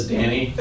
Danny